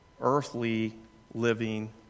earthly-living